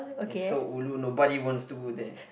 it's so ulu nobody wants to go there